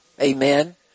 Amen